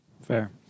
Fair